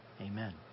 Amen